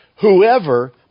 Whoever